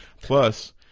plus